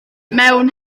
mewn